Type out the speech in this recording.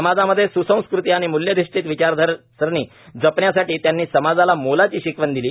समाजामध्ये स्संस्कृती आणि म्ल्याधिष्ठित विचारसरणी जपण्यासाठी त्यांनी समाजाला मोलाची शिकवण दिली